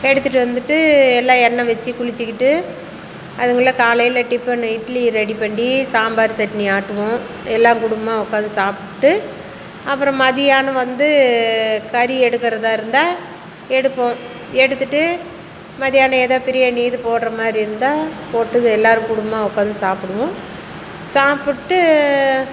எடுத்துட்டு வந்துட்டு எல்லாம் எண்ணெய் வச்சி குளிச்சிக்கிட்டு அதுக்குள்ளே காலையில் டிபன் இட்லி ரெடி பண்ணி சாம்பார் சட்னி ஆட்டுவோம் எல்லாம் குடும்பமாக உட்காந்து சாப்பிட்டுட்டு அப்புறம் மதியானம் வந்து கறி எடுக்கிறதா இருந்தால் எடுப்போம் எடுத்துகிட்டு மதியானம் எதோ பிரியாணி இது போடுற மாதிரி இருந்தால் போட்டு எல்லோரும் குடும்பமாக உட்காந்து சாப்பிடுவோம் சாப்பிட்டு